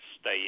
stay